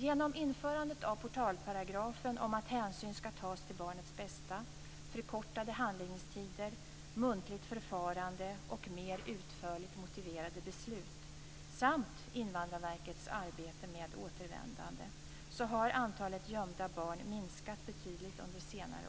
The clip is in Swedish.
Genom införandet av protalparagrafen om att hänsyn ska tas till barnets bästa, förkortade handläggningstider, muntligt förfarande och mer utförligt motiverade beslut samt Invandrarverkets arbete med återvändande har antalet gömda barn minskat betydligt under senare